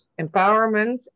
empowerment